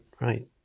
right